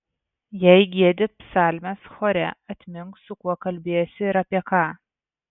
jei giedi psalmes chore atmink su kuo kalbiesi ir apie ką